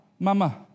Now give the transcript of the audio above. Mama